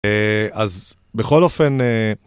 אז, בכל אופן,